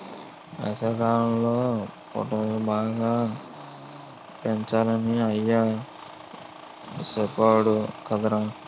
వేసవికాలంలో పొటల్స్ బాగా పెంచాలని అయ్య సెప్పేడు కదరా